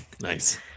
Nice